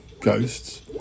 ghosts